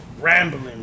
rambling